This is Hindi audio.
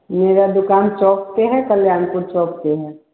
मेरा दुकान चौक पर है कल्याणपुर चौक पर है